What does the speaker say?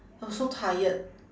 I was so tired